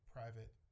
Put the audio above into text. private